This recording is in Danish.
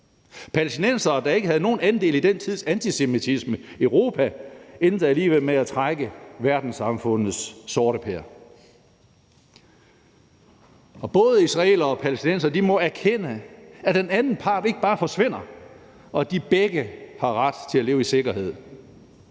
Palæstinenserne, der ikke havde nogen andel i den tids antisemitisme i Europa, endte alligevel med at trække verdenssamfundets sorteper, og både israelere og palæstinensere må erkende, at den anden part ikke bare forsvinder, og at de begge har ret til at leve i sikkerhed.